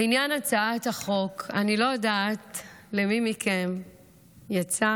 לעניין הצעת החוק, אני לא יודעת למי מכם יצא